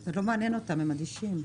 זה לא מעניין אותם, הם אדישים.